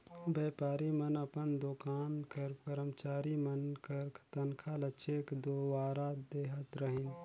बयपारी मन अपन दोकान कर करमचारी मन कर तनखा ल चेक दुवारा देहत रहिन